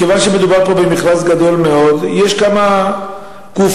מכיוון שמדובר פה במכרז גדול מאוד יש כמה גופים,